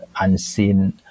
unseen